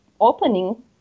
opening